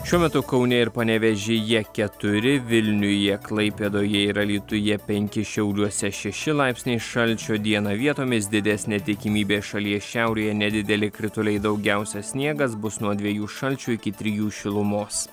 šiuo metu kaune ir panevėžyje keturi vilniuje klaipėdoje ir alytuje penki šiauliuose šeši laipsniai šalčio dieną vietomis didesnė tikimybė šalies šiaurėje nedideli krituliai daugiausia sniegas bus nuo dviejų šalčio iki trijų šilumos